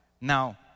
Now